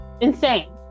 insane